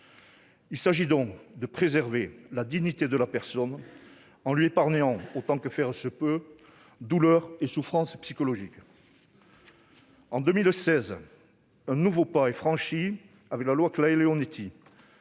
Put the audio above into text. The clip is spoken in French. Il s'agit donc de préserver la dignité de la personne en lui épargnant autant que faire se peut douleurs et souffrances psychologiques. En 2016, un nouveau pas a été franchi avec la loi Claeys-Leonetti,